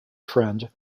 friend